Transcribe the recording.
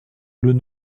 leur